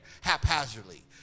haphazardly